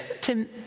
Tim